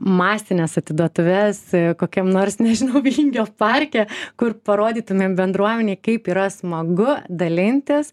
masines atiduotuves kokiam nors nežinau vingio parke kur parodytumėm bendruomenei kaip yra smagu dalintis